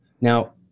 Now